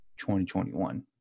2021